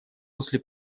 после